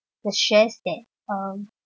the stress that um